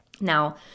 Now